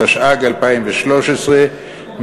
התשע"ג 2013,